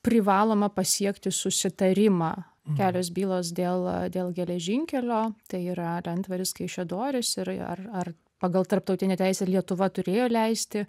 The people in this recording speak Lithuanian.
privaloma pasiekti susitarimą kelios bylos dėl dėl geležinkelio tai yra lentvaris kaišiadorys ir ar ar pagal tarptautinę teisę lietuva turėjo leisti